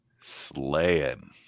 slaying